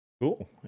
Cool